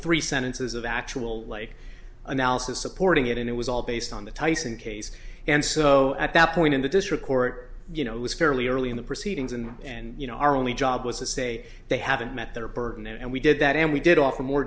three sentences of actual late analysis supporting it and it was all based on the tyson case and so at that point in the district court you know it was fairly early in the proceedings and and you know our only job was to say they haven't met their burden and we did that and we did offer more